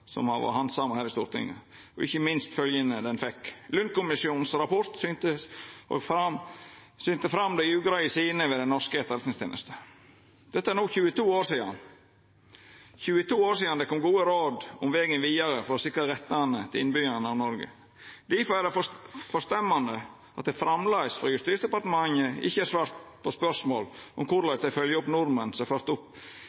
som har vore handsama her i Stortinget – og ikkje minst for følgjene det fekk. Lund-kommisjonens rapport synte fram dei ugreie sidene ved den norske etterretningstenesta. Dette er no 22 år sidan – 22 år sidan det kom gode råd om vegen vidare for å sikra rettane til innbyggjarane i Noreg. Difor er det forstemmande at Justisdepartementet enno ikkje har svara på spørsmål om